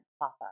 Papa